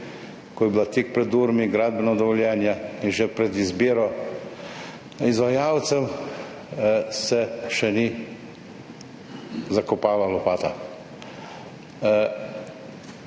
ko je bilo tik pred durmi gradbeno dovoljenje in že pred izbiro izvajalcev, se še ni zakopala lopata.